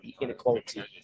inequality